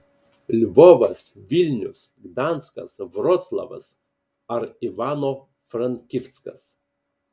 lvovas vilnius gdanskas vroclavas ar ivano frankivskas